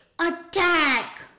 Attack